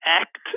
act